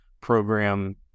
program